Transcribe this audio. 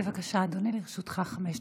בבקשה, אדוני, לרשותך חמש דקות.